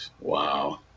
Wow